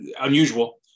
unusual